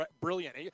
brilliant